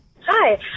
Hi